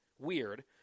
weird